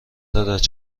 دارد